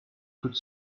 could